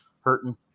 hurting